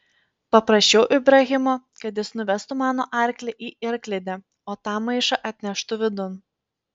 paprašiau ibrahimo kad jis nuvestų mano arklį į arklidę o tą maišą atneštų vidun